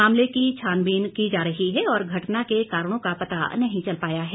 मामले की छानबीन की जा रही है और घटना के कारणों का पता नहीं चल पाया है